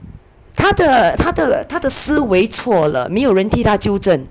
她的她的她的思维错了没有人替她纠正